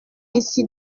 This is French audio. ici